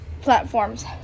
platforms